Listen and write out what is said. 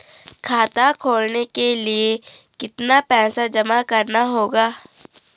खाता खोलने के लिये कितना पैसा जमा करना होगा?